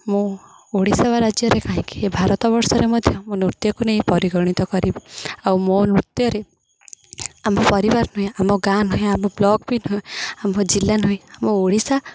ମୁଁ ଓଡ଼ିଶା ବା ରାଜ୍ୟରେ କାହିଁକି ଭାରତ ବର୍ଷରେ ମଧ୍ୟ ମୋ ନୃତ୍ୟକୁ ନେଇ ପରିଗଣିତ କରିବି ଆଉ ମୋ ନୃତ୍ୟରେ ଆମ ପରିବାର ନୁହେଁ ଆମ ଗାଁ ନୁହେଁ ଆମ ବ୍ଲକ ବି ନୁହେଁ ଆମ ଜିଲ୍ଲା ନୁହେଁ ଆମ ଓଡ଼ିଶା